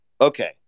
okay